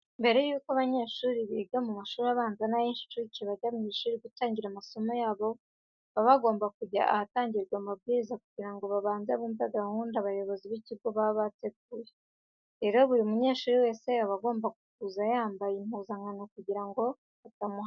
Mbere y'uko abanyeshuri biga mu mashuri abanza n'ay'incuke bajya mu ishuri gutangira amasomo yabo, baba bagomba kujya ahatangirwa amabwiriza kugira ngo babanze bumve gahunda abayobozi b'ikigo baba bateguye. Rero buri munyeshuri wese aba agomba kuba yambaye impuzankano kugira ngo batamuhana.